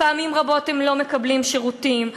פעמים רבות הם לא מקבלים שירותים,